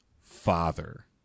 father